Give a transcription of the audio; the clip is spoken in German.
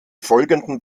folgenden